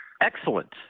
Excellent